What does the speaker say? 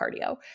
cardio